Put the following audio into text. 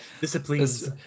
disciplines